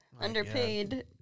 underpaid